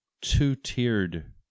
two-tiered